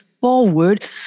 forward